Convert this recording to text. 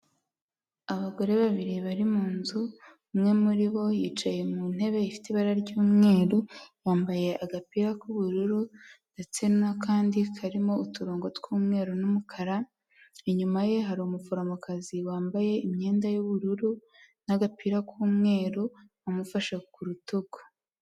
Abagore babiri bari mu nzu, umwe muri bo yicaye mu ntebe ifite ibara ry'umweru, wambaye agapira k'ubururu ndetse n'akandi karimo uturongo tw'umweru n'umukara, inyuma ye hari umuforomokazi wambaye imyenda y'ubururu n'agapira k'umweru amufashe ku rutugu.